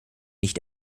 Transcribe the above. nicht